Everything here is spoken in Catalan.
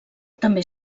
també